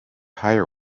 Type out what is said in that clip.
higher